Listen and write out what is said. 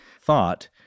thought